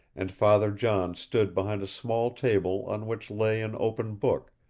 and father john stood behind a small table on which lay an open book,